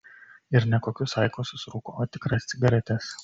ir ne kokius aikosus rūko o tikras cigaretes